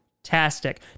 Fantastic